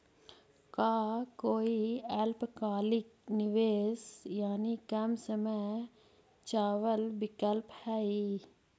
का कोई अल्पकालिक निवेश यानी कम समय चावल विकल्प हई?